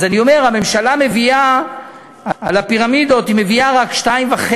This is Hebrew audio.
על הפירמידות, הממשלה מביאה רק 2.5,